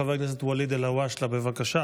חבר הכנסת ואליד אלהואשלה, בבקשה.